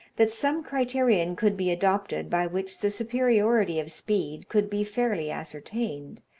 that some criterion could be adopted by which the superiority of speed could be fairly ascertained,